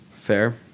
Fair